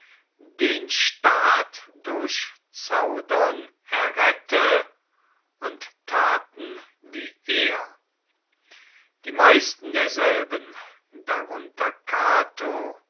den staat durch zaudern errette und taten wie er die meisten derselben darunter cato